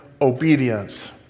obedience